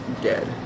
dead